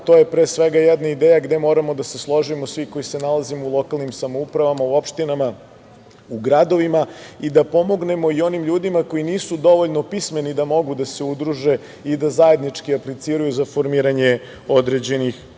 To je, pre svega, jedna ideja gde moramo da se složimo svi koji se nalazimo u lokalnim samouprava, u opštinama, u gradovima i da pomognemo i onim ljudima koji nisu dovoljno pismeni da mogu da se udruže i da zajednički apliciraju za formiranje određenih